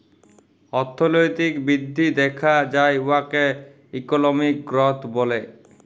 অথ্থলৈতিক বিধ্ধি দ্যাখা যায় উয়াকে ইকলমিক গ্রথ ব্যলে